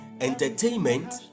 Entertainment